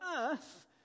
earth